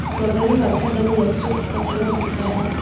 ತೊಗರಿ ವರ್ಷದಲ್ಲಿ ಎಷ್ಟು ಫಸಲ ಸಿಗತದ?